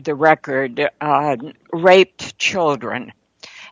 the record raped children